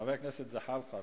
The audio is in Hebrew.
חבר הכנסת זחאלקה.